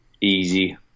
easy